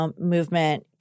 movement